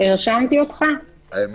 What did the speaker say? נעבור להצבעה, אלא אם